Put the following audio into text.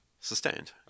sustained